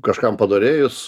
kažkam panorėjus